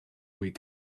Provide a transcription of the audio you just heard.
week